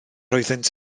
oeddynt